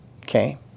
okay